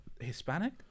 Hispanic